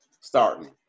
starting